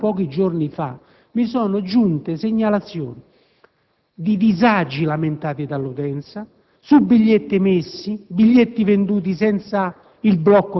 ha affermato che la situazione è migliorata. Eppure, soltanto pochi giorni fa mi sono giunte segnalazioni di disagi lamentati dall'utenza